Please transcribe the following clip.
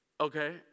Okay